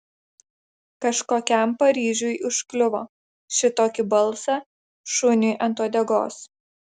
kažkokiam paryžiui užkliuvo šitokį balsą šuniui ant uodegos